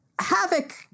Havoc